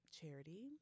charity